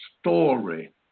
story